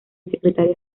secretario